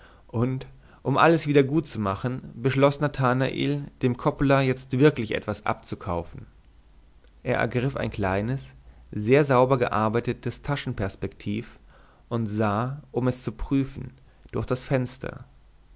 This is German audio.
und um alles wieder gutzumachen beschloß nathanael dem coppola jetzt wirklich etwas abzukaufen er ergriff ein kleines sehr sauber gearbeitetes taschenperspektiv und sah um es zu prüfen durch das fenster